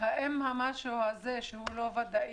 האם המשהו הזה שהוא לא ודאי,